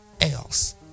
else